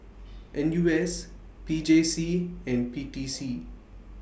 N U S P J C and P T C